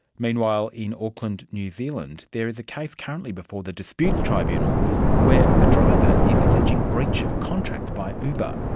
meanwhile in auckland, new zealand, there is a case currently before the disputes tribunal where a driver who is alleging breach of contract by uber.